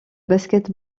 basket